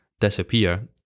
disappear